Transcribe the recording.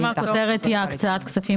למה הכותרת היא הקצאת כספים